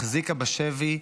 החזיקה בשבי,